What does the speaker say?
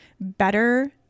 better